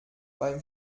beim